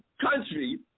country